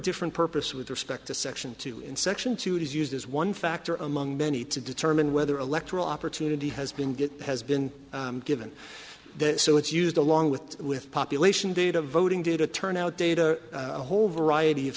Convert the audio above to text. different purpose with respect to section two in section two it is used as one factor among many to determine whether electoral opportunity has been good has been given that so it's used along with with population data voting data turnout data a whole variety of